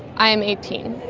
i'm eighteen.